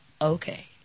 okay